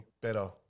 better